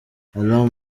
alarm